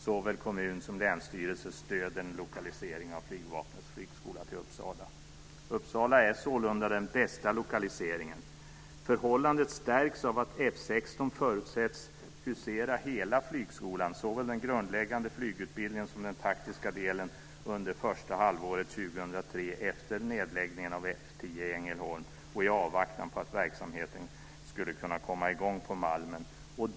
Såväl kommun som länsstyrelse stöder en lokalisering av Flygvapnets flygskola till Uppsala. Uppsala är sålunda den bästa lokaliseringen. Förhållandet stärks av att F 16 förutsätts hysa hela flygskolan, såväl den grundläggande flygutbildningen som den taktiska delen, under första halvåret 2003 efter nedläggningen av F 10 i Ängelholm och i avvaktan på att verksamheten kan komma i gång på Malmen.